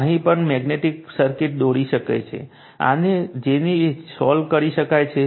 અહીં પણ magnetic circuit દોરી શકાય છે અને આની જેમ સોલ્વ કરી શકાય છે